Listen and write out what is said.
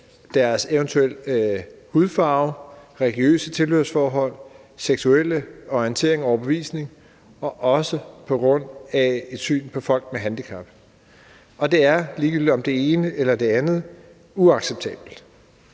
deres hudfarve, religiøse tilhørsforhold, seksuelle orientering og overbevisning, og også på grund af et syn på folk med handicap, og det er, ligegyldigt om det er det ene eller det andet, uacceptabelt.